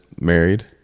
married